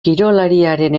kirolariaren